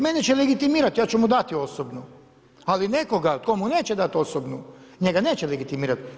Mene će legitimirati ja ću mu dati osobnu, ali nekoga tko mu neće dati osobnu njega neće legitimirati.